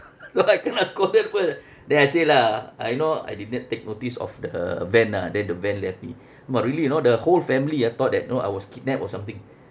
so I kena scolded first then I say lah uh you know I didn't take notice of the van ah then the van left me !wah! really you know the whole family ah thought that you know I was kidnapped or something